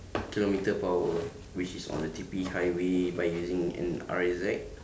kilometre per hour which is on the T_P highway by using an R_A_Z